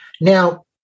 now